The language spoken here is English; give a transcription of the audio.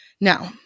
Now